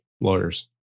lawyers